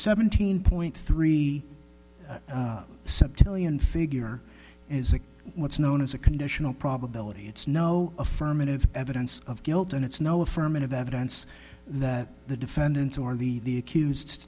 seventeen point three septillion figure is what's known as a conditional probability it's no affirmative evidence of guilt and it's no affirmative evidence that the defendant or the the accused